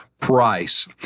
price